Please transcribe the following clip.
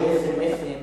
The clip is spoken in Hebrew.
של אס.אם.אסים